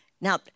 Now